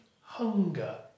hunger